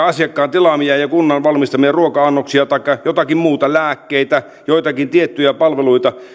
asiakkaan tilaamia ja ja kunnan valmistamia ruoka annoksia taikka jotakin muuta lääkkeitä joitakin tiettyjä palveluita